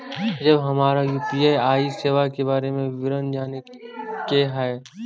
जब हमरा यू.पी.आई सेवा के बारे में विवरण जाने के हाय?